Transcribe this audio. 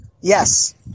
Yes